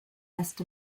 rest